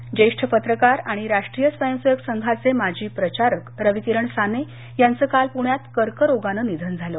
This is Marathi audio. निधन ज्येष्ठ पत्रकार आणि राष्ट्रीय स्वयंसेवक संघाचे माजी प्रचारक रवीकिरण साने यांचं काल पुण्यात कर्करोगानं निधन झालं